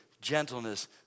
gentleness